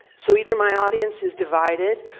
so, either my audience is divided,